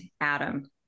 Adam